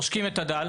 עושקים את הדל.